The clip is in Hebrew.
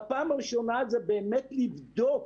בפעם הראשונה זה באמת לבדוק